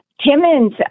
Timmons